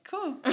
Cool